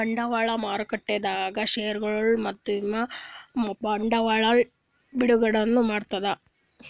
ಬಂಡವಾಳ್ ಮಾರುಕಟ್ಟೆದಾಗ್ ಷೇರ್ಗೊಳ್ ಮತ್ತ್ ವಿಮಾ ಬಾಂಡ್ಗೊಳ್ ಬಿಡುಗಡೆನೂ ಮಾಡ್ತದ್